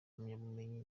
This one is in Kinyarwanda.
impamyabumenyi